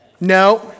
No